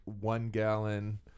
one-gallon